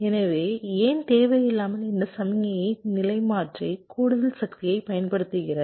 எனவே ஏன் தேவையில்லாமல் இந்த சமிக்ஞையை நிலைமாற்றி கூடுதல் சக்தியைப் பயன்படுத்துகிறது